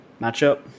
matchup